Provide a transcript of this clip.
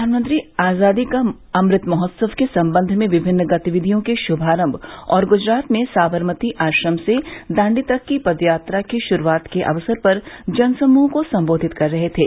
प्रधानमंत्री आजादी का अमृत महोत्सव के संबंध में विमिन्न गतिविधियों के शुभारंभ और गुजरात में साबरमती आश्रम से दांडी तक की पदयात्रा के शुरूआत के अवसर पर जनसमूह को संबोधित कर रहे थे